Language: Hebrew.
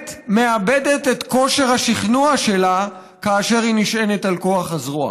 מאבדת את כושר השכנוע שלה כאשר היא נשענת על כוח הזרוע.